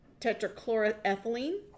tetrachloroethylene